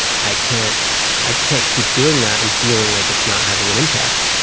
i can't i can't keep doing that and feeling like it's not having an impact.